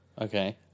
Okay